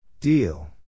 Deal